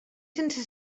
sense